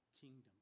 kingdom